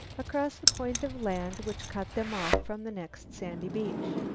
across the point of land which cut them off from the next sandy beach.